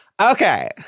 Okay